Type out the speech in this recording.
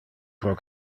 pro